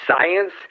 science